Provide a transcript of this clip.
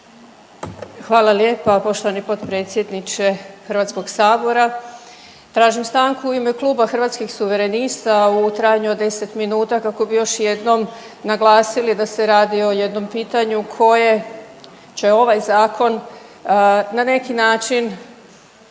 Hvala lijepa poštovani potpredsjedniče HS. Tražim stanku u ime Kluba Hrvatskih suverenista u trajanju od 10 minuta kako bi još jednom naglasili da se radi o jednom pitanju koje će ovaj zakon na neki način